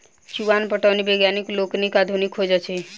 चुआन पटौनी वैज्ञानिक लोकनिक आधुनिक खोज अछि